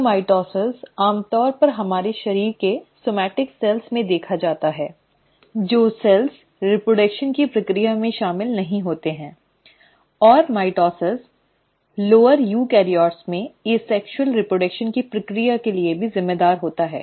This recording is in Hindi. तो माइटोसिस आमतौर पर हमारे शरीर के सोमेटिक सेल्स में देखा जाता है जो सेल्स प्रजनन की प्रक्रिया में शामिल नहीं होते हैं और माइटोसिस निचले यूकेरियोट्स में असेक्स्यूअल रीप्रडक्शन की प्रक्रिया के लिए भी जिम्मेदार होता है